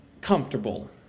comfortable